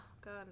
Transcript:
God